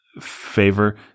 favor